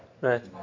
Right